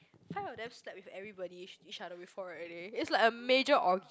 five of them slept with everybody eac~ each other before already is like a major or~